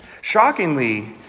Shockingly